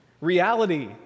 Reality